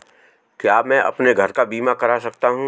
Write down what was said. क्या मैं अपने घर का बीमा करा सकता हूँ?